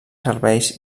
serveis